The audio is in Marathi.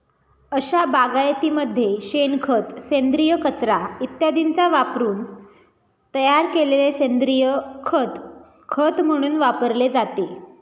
अशा बागायतीमध्ये शेणखत, सेंद्रिय कचरा इत्यादींचा वापरून तयार केलेले सेंद्रिय खत खत म्हणून वापरले जाते